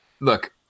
look